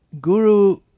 guru